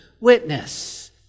witness